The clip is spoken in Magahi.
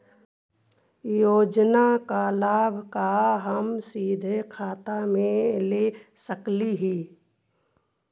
योजना का लाभ का हम सीधे खाता में ले सकली ही?